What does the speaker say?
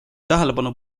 tähelepanu